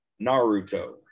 Naruto